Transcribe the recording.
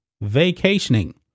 Vacationing